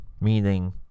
Meaning